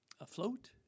afloat